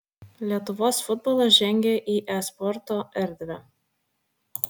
lietuvos futbolas žengia į e sporto erdvę